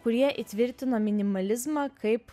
kurie įtvirtino minimalizmą kaip